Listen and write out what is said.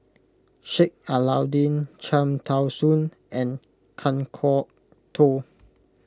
Sheik Alau'ddin Cham Tao Soon and Kan Kwok Toh